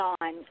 on